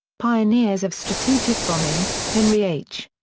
pioneers of strategic bombing henry h.